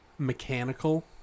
mechanical